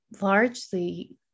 largely